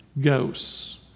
ghosts